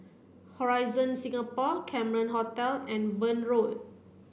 Horizon Singapore Cameron Hotel and Burn Road